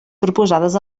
proposades